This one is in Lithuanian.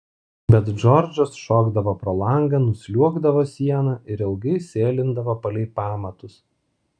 bet džordžas šokdavo pro langą nusliuogdavo siena ir ilgai sėlindavo palei pamatus